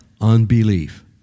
unbelief